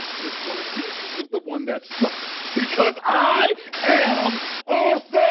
which one of you two is the one that's sucks, because i am awesome.